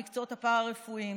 המקצועות הפארה-רפואיים,